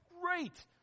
great